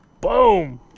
Boom